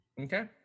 Okay